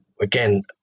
Again